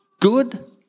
Good